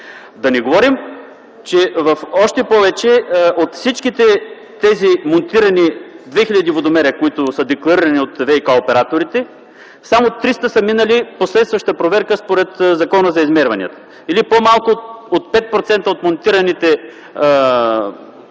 Да не говорим, че в още повече от всички тези монтирани 2000 водомера, които са декларирани от ВиК операторите, само 300 са минали последваща проверка според Закона за измерванията, или по-малко от 5% от монтираните